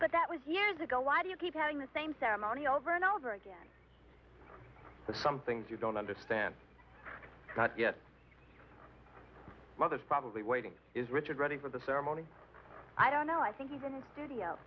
but that was years ago why do you keep having the same ceremony over and over again some things you don't understand yet others probably waiting is richard ready for the ceremony i don't know i think even studio